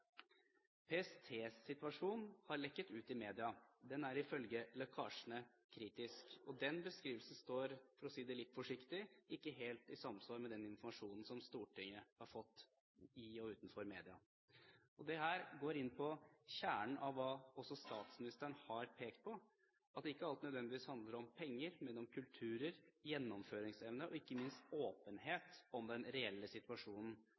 har lekket ut i media. Den er ifølge lekkasjene kritisk. Den beskrivelse står – for å si det litt forsiktig – ikke helt i samsvar med den informasjonen som Stortinget har fått i og utenfor media. Dette går inn i kjernen av det også statsministeren har pekt på, nemlig at alt ikke nødvendigvis handler om penger, men om kulturer, gjennomføringsevne og ikke minst åpenhet om den reelle situasjonen.